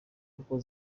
kuko